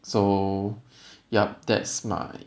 so yup that's my